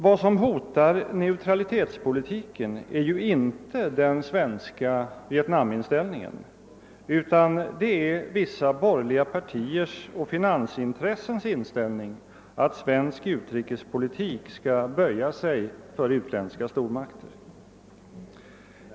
Vad som hotar neutralitetspolitiken är inte den svenska Vietnaminställningen utan vissa borgerliga partiers och finansintressens inställning att svensk utrikespolitik skall böja sig för utländska stormakter.